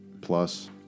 plus